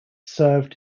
served